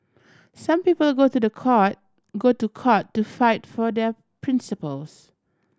some people go to the court go to court to fight for their principles